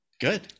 Good